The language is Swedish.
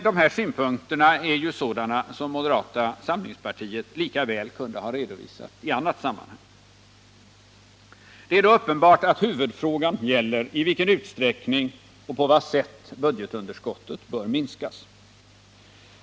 Dessa synpunkter skulle ju moderata samlingspartiet ha kunnat redovisa i annat sammanhang. Det är uppenbart att huvudfrågan gäller i vilken utsträckning och på vad sätt budgetunderskottet bör minskas.